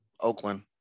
Oakland